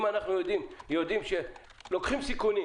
אם אנחנו יודעים שלוקחים סיכונים